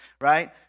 right